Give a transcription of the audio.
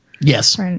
Yes